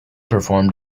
performed